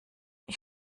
ich